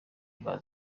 bwa